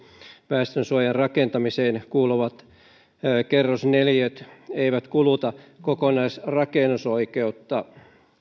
väestönsuojan rakentamiseen kuuluvat kerrosneliöt eivät kuluta kokonaisrakennusoikeutta